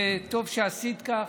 וטוב שעשית כך.